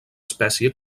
espècie